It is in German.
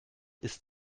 ist